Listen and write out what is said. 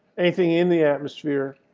anything in the atmosphere,